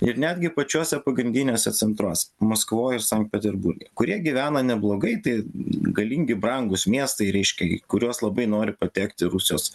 ir netgi pačiuose pagrindiniuose centruose maskvoj ir sankt peterburge kurie gyvena neblogai tai galingi brangūs miestai reiškia kurios labai nori patekt į rusijos